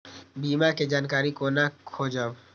बीमा के जानकारी कोना खोजब?